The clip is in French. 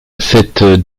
cette